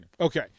Okay